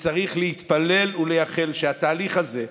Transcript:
וצריך להתפלל ולייחל שהתהליך הזה,